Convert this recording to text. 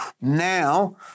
Now